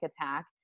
attack